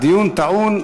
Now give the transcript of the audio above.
הדיון טעון.